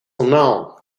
unknown